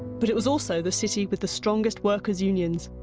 but it was also the city with the strongest workers' unions,